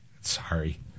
Sorry